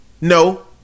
No